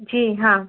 जी हाँ